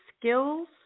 skills